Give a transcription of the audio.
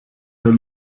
herr